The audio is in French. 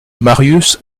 marius